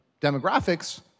demographics